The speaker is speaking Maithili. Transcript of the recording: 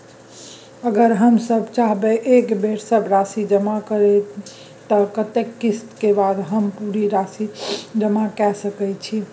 अगर हम चाहबे एक बेर सब राशि जमा करे त कत्ते किस्त के बाद हम पूरा राशि जमा के सके छि?